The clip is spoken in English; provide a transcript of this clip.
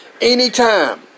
Anytime